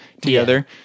together